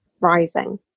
rising